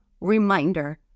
reminder